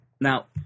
Now